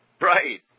Right